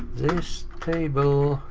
this table